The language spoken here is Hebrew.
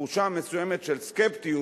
תחושה מסוימת של סקפטיות,